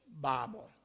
Bible